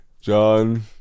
John